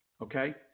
Okay